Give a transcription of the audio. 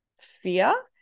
fear